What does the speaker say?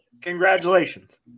Congratulations